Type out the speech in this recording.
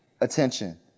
attention